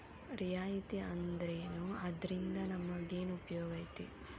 ರಿಯಾಯಿತಿ ಅಂದ್ರೇನು ಅದ್ರಿಂದಾ ನಮಗೆನ್ ಉಪಯೊಗೈತಿ?